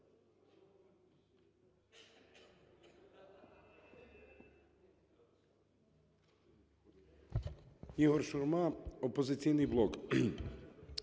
ІгорШурма, "Опозиційний блок".